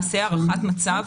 הערכת מצב,